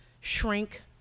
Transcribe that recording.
shrink